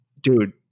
dude